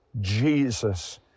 Jesus